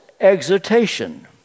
exhortation